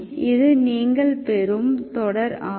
இது நீங்கள் பெறும் தொடர் ஆகும்